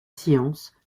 sciences